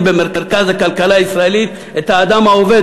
במרכז הכלכלה הישראלית את האדם העובד.